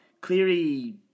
Cleary